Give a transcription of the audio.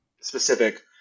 specific